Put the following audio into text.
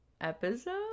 episode